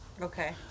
Okay